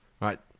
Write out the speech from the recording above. right